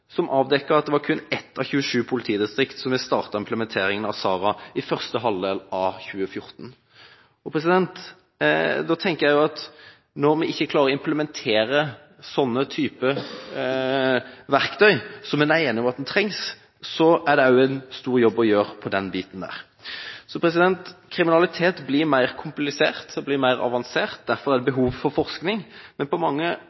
første halvdel av 2014. Da tenker jeg at når vi ikke klarer å implementere sånne typer verktøy, som en er enige om at en trenger, så står det igjen en stor jobb å gjøre også på den biten. Kriminalitet blir mer komplisert, den blir mer avansert, og derfor er det behov for forskning. Men på mange